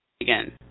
again